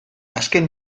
azken